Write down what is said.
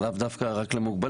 זה לאו דווקא רק למוגבלים.